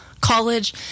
college